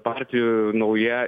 partijų nauja